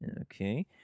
Okay